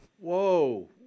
Whoa